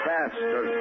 Faster